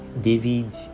david